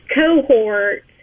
cohort